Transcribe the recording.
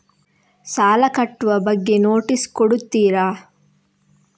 ಸಾಲ ಕಟ್ಟುವ ಬಗ್ಗೆ ನೋಟಿಸ್ ಕೊಡುತ್ತೀರ?